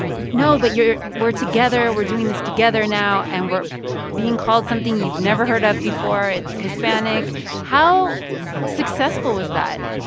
you know but you're we're together. we're doing this together now. and we're being called something you've never heard of before. it's hispanic how successful was that?